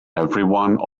everyone